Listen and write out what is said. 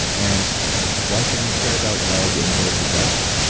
and why should you care about lead in bulletproof vests?